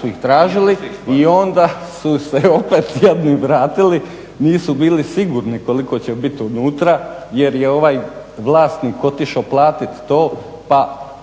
su ih izbacili./… … i onda su se opet jadni vratili. Nisu bili sigurni koliko će bit unutra jer je ovaj vlasnik otišo platit to, pa ako